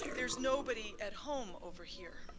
there's nobody at home over here.